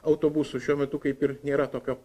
autobusų šiuo metu kaip ir nėra tokio